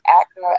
actor